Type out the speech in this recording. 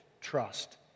trust